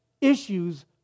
issues